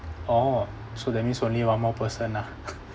orh so that means only one more person lah